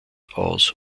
aus